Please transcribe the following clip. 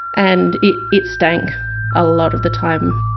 and it it stank a lot of the time.